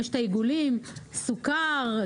יש את העיגולים סוכר,